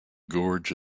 gorge